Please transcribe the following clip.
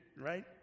right